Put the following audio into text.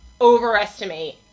overestimate